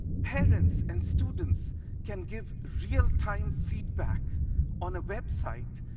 parents and students can give real-time feedback on a website,